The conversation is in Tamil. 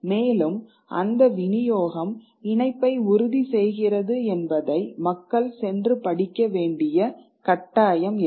மேலும் அந்த விநியோகம் இணைப்பை உறுதி செய்கிறது என்பதை மக்கள் சென்று படிக்க வேண்டிய கட்டாயம் இல்லை